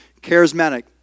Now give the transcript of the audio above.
charismatic